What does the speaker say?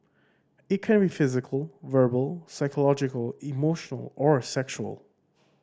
it can be physical verbal psychological emotional or sexual